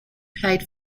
played